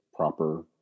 proper